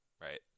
Right